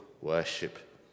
worship